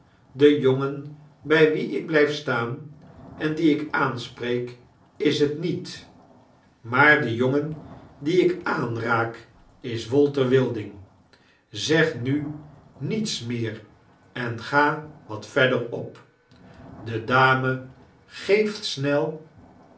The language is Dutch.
de jongen bij wien ik blijf staan en dien ik aanspreek is het niet maar de jongen het huis wilding co dien ik aanraak is walter wilding zeg nu niets meer en ga wat verder op de dame geeft snel